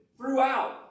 throughout